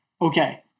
okay